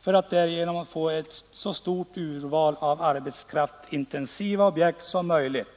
för att därigenom få ett så stort urval av arbetskraftsintensiva objekt som möjligt.